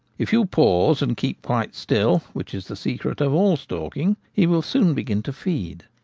if you pause and keep quite still, which is the secret of all stalking, he will soon begin to feed,